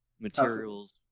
materials